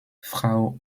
frau